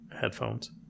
headphones